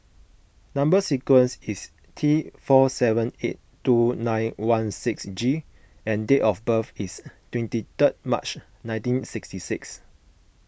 Number Sequence is T four seven eight two nine one six G and date of birth is twenty three March nineteen sixty six